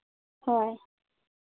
ᱦᱳᱭ